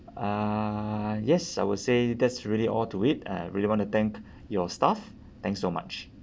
uh yes I would say that's really all to it I really want to thank your staff thanks so much